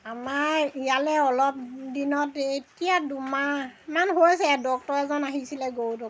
আমাৰ ইয়ালৈ অলপ দিনত এতিয়া দুমাহমান হৈছে ডক্টৰ এজন আহিছিলে গৰু ডক্টৰ